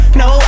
no